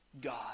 God